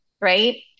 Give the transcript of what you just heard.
Right